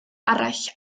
arall